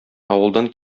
авылдан